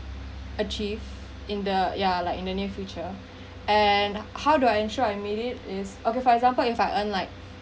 achieve in the yeah like in the near future and how do I ensure I made it is okay for example if I earn like